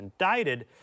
indicted